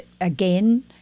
again